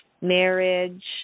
marriage